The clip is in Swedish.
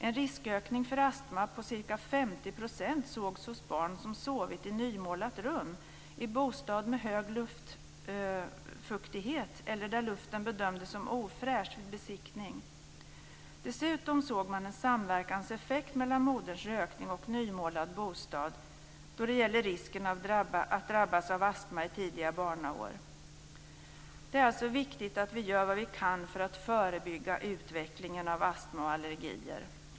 En riskökning för astma på ca 50 % sågs hos barn som sovit i nymålat rum, i bostad med tecken på hög luftfuktighet eller där luften bedömdes som ofräsch vid besiktning. Dessutom såg man en samverkanseffekt mellan moderns rökning och nymålad bostad då det gäller risken att drabbas av astma i tidiga barnaår. Det är alltså viktigt att vi gör vad vi kan för att förebygga utvecklingen av astma och allergier.